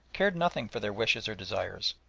cared nothing for their wishes or desires,